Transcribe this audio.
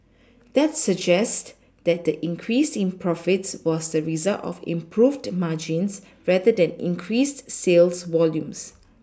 that suggest that the increase in profits was the result of improved margins rather than increased sales volumes